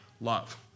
love